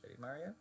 Mario